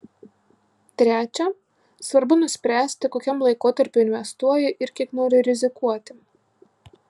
trečia svarbu nuspręsti kokiam laikotarpiui investuoji ir kiek nori rizikuoti